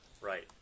Right